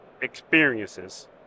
experiences